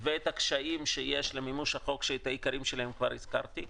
ואת הקשיים שיש במימוש החוק שאת העיקרים שלהם כבר הזכרתי.